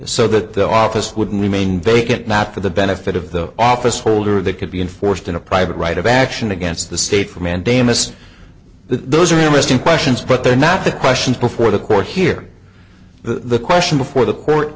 so that the office wouldn't remain vacant not for the benefit of the office holder that could be enforced in a private right of action against the state for mandamus those are realistic questions but they're not the questions before the court here the question before the court